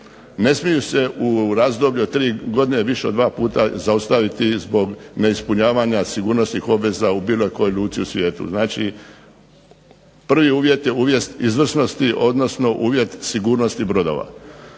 ne smiju se u razdoblju od tri godine više od dva puta zaustaviti zbog neispunjavanja sigurnosnih obveza u bilo kojoj luci u svijetu znači, prvi uvjet je uvjet izvrsnosti odnosno uvjet sigurnosti brodova.